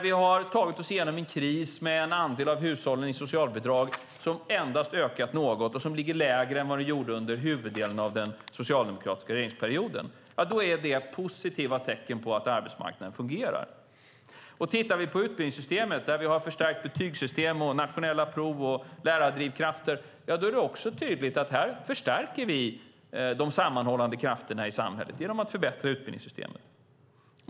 Vi har tagit oss igenom en kris där andelen hushåll med socialbidrag endast har ökat något, och den ligger lägre än den gjorde under huvuddelen av den socialdemokratiska regeringsperioden. Detta är positiva tecken på att arbetsmarknaden fungerar. Tittar vi på utbildningssystemet, där vi har förstärkt betygssystem, nationella prov och lärardrivkrafter, är det också tydligt att vi förstärker de sammanhållande krafterna i samhället genom att förbättra utbildningssystemet.